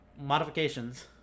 modifications